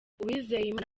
uwizeyimana